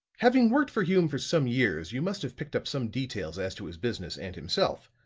having worked for hume for some years, you must have picked up some details as to his business and himself.